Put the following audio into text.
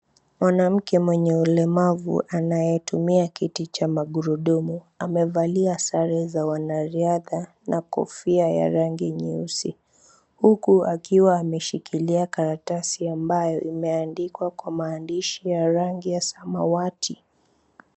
Mwanamke mwenye ulemavu anayetumia kiti cha magurudumu amevalia sare za wanariadha na kofia ya rangi nyeusi huku akiwa ameshikilia karatasi ambayo imeandikwa kwa maandishi ya rangi ya samawati.